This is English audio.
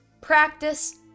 practice